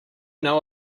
know